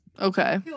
Okay